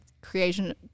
creation